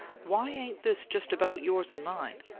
why ain't this just about yours and mine?